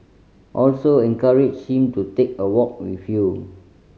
also encourage him to take a walk with you